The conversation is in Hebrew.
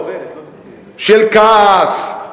של כעס,